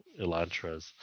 Elantras